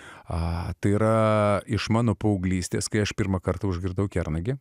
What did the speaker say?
a tai yra iš mano paauglystės kai aš pirmąkart užgirdau kernagį